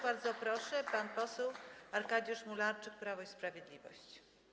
Bardzo proszę, pan poseł Arkadiusz Mularczyk, Prawo i Sprawiedliwość.